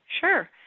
Sure